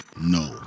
no